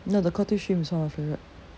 no the cocktail shrimp is not my favourite